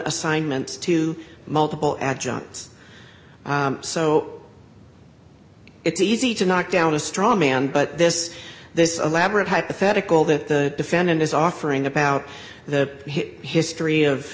assignments to multiple adjuncts so it's easy to knock down a straw man but this this elaborate hypothetical that the defendant is offering about the history of